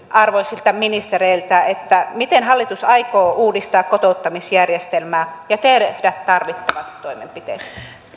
arvoisilta ministereiltä miten hallitus aikoo uudistaa kotouttamisjärjestelmää ja tehdä tarvittavat toimenpiteet